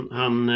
han